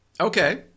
okay